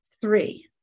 three